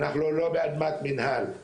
אנחנו לא באדמת מנהל,